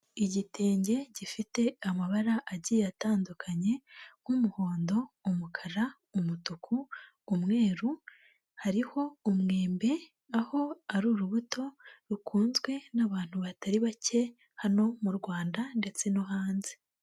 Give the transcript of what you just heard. Igitenge gifite amabara agiye atandukanye nk'umuhondo, umukara, umutuku, umweru, hariho umwembe, aho ari urubuto rukunzwe n'abantu batari bake, hano mu Rwanda ndetse no hanze.